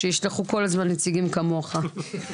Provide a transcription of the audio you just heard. שישלחו כל הזמן נציגים כמוך.